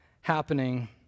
happening